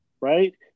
right